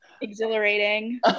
Exhilarating